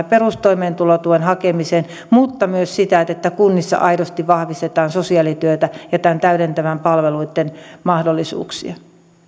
perustoimeentulotuen hakemiseen mutta myös että kunnissa aidosti vahvistetaan sosiaalityötä ja täydentävien palveluitten mahdollisuuksia